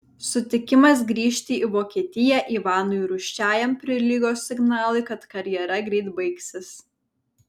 sutikimas grįžti į vokietiją ivanui rūsčiajam prilygo signalui kad karjera greit baigsis